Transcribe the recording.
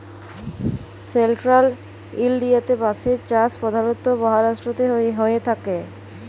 central ইলডিয়াতে বাঁশের চাষ পধালত মাহারাষ্ট্রতেই হঁয়ে থ্যাকে